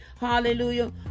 Hallelujah